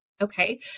okay